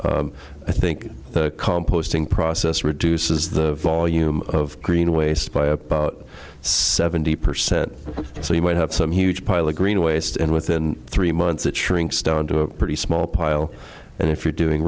e i think composting process reduces the volume of green waste by about seventy percent so you might have some huge pile of green waste and within three months it shrinks down to a pretty small pile and if you're doing